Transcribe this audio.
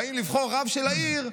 כשבאים לבחור רב של העיר,